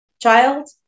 child